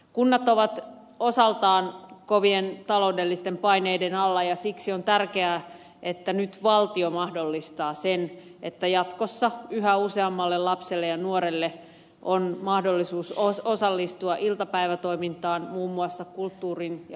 kunnat ovat osaltaan kovien taloudellisten paineiden alla ja siksi on tärkeää että nyt valtio mahdollistaa sen että jatkossa yhä useammalla lapsella ja nuorella on mahdollisuus osallistua iltapäivätoimintaan muun muassa kulttuurin ja liikunnan harrastuksiin